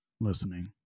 listening